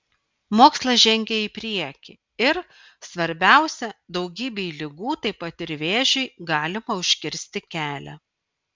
mokslas žengia į priekį ir svarbiausia daugybei ligų taip pat ir vėžiui galima užkirsti kelią